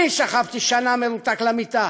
אני שכבתי שנה מרותק למיטה,